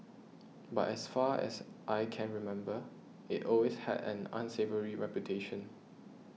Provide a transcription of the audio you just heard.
but as far as I can remember it always had an unsavoury reputation